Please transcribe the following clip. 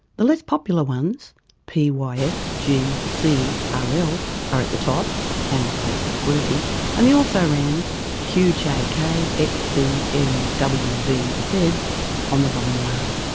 the less popular ones p, y, f, g, c, r, l are at the top and replacing qwerty and the also rans q, j, k, x, b, m, w, v, z on the bottom row.